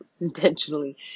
intentionally